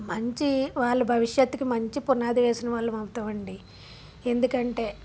మంచి వాళ్ళు భవిష్యత్తుకు మంచి పునాది వేసిన వాళ్లమవుతామండి ఎందుకంటే